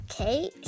Okay